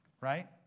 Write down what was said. Right